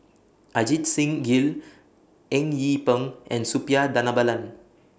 Ajit Singh Gill Eng Yee Peng and Suppiah Dhanabalan